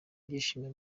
byishimo